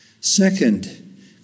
Second